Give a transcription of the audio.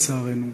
לצערנו,